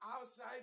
outside